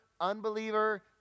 unbeliever